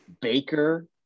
Baker